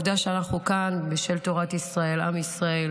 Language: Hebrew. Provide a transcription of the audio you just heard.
תודה, אדוני היושב בראש.